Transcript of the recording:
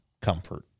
comfort